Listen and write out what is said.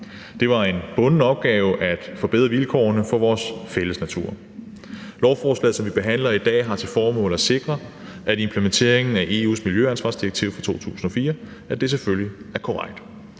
Det var en bunden opgave at forbedre vilkårene for vores fælles natur. Lovforslaget, som vi behandler i dag, har til formål at sikre, at implementeringen af EU's miljøansvarsdirektiv fra 2004 selvfølgelig er korrekt.